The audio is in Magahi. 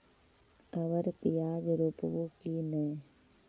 अबर प्याज रोप्बो की नय?